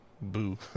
boo